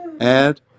add